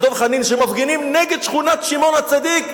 דב חנין שמפגינים נגד שכונת שמעון-הצדיק,